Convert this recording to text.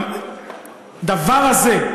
הדבר הזה,